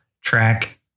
track